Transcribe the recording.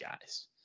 guys